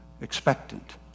Expectant